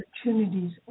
opportunities